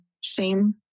shame